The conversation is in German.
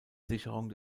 sicherung